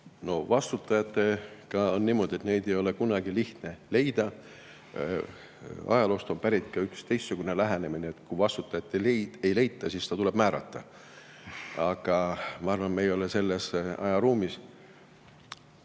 Vastutajatega on niimoodi, et neid ei ole kunagi lihtne leida. Ajaloost on pärit ka üks teistsugune lähenemine, et kui vastutajat ei leita, siis ta tuleb määrata. Aga ma arvan, et me ei ole selles ajaruumis.